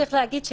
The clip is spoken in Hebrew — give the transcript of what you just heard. צריך להגיד,